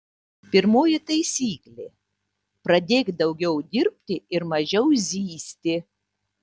pirmoji taisyklė pradėk daugiau dirbti ir mažiau zyzti